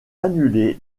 annulé